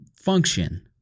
function